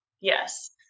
Yes